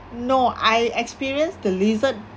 no I experienced the lizard